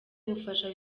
bufasha